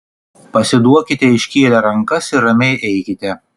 pasiduokite iškėlę rankas ir ramiai eikite